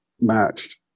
matched